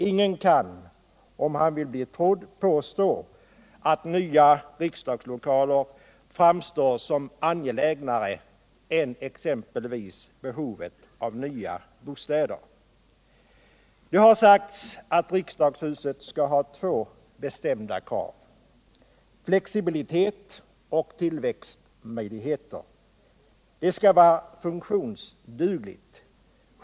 Ingen kan, om han vill bli trodd, påstå att nya riksdagslokaler framstår som angelägnare än exempelvis nya bostäder. Det har sagts att man på ett riksdagshus skall ha två bestämda krav. Det skall vara flexibelt, dvs. ha tillväxtmöjligheter, och det skal vara funktionsdugligt.